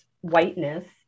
whiteness